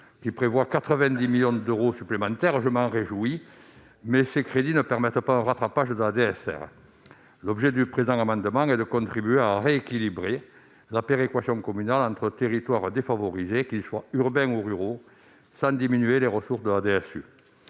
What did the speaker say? PLF s'élèvent à 90 millions d'euros ; je m'en réjouis. Cependant, ces crédits ne permettent pas un rattrapage de la DSR. L'objet de cet amendement est de contribuer à rééquilibrer la péréquation communale entre les territoires défavorisés, qu'ils soient urbains ou ruraux, sans diminuer les ressources de la DSU.